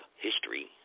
history